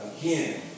Again